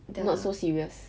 not so serious